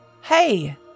Hey